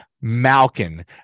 malkin